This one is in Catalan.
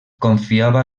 confiava